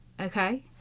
Okay